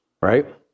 Right